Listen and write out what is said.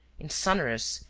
in sonorous,